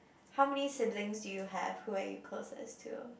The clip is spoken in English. how many siblings do you have who are you closest to